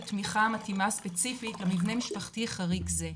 תמיכה מקצועית ספציפי למבנה המשפחתי החריג הזה.